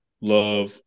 Love